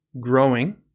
growing